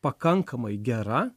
pakankamai gera